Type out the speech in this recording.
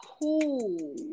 cool